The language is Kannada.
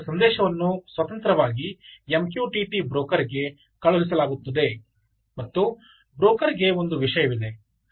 ಅಲ್ಲಿ ಅವರ ಸಂದೇಶವನ್ನು ಸ್ವತಂತ್ರವಾಗಿ MQTT ಬ್ರೋಕರ್ಗೆ ಕಳುಹಿಸಲಾಗುತ್ತಿದೆ ಮತ್ತು ಬ್ರೋಕರ್ಗೆ ಒಂದು ವಿಷಯವಿದೆ